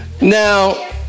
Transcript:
Now